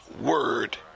word